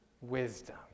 wisdom